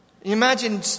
Imagine